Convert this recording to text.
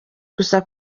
gusa